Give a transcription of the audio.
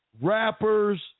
rappers